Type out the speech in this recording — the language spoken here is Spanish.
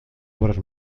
obras